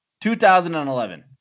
2011